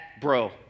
bro